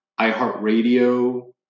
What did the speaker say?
iHeartRadio